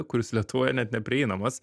kuris lietuvoje net neprieinamas